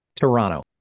Toronto